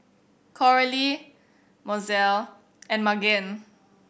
Coralie Mozelle and Magen